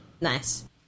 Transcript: nice